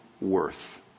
worth